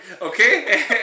Okay